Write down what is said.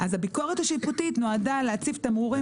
אז הביקורת השיפוטית נועדה להציב תמרורים